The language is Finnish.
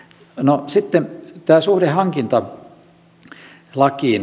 no sitten tämä suhde hankintalakiin